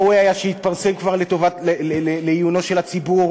ראוי היה שיתפרסם כבר לעיונו של הציבור,